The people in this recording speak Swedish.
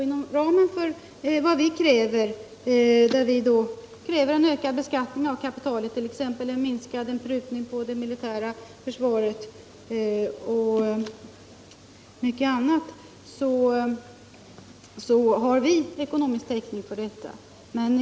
Inom ramen för vad vi kräver — en ökad beskattning av kapitalet, en prutning på det militära försvaret och mycket annat — har vi ekonomisk täckning för denna höjning.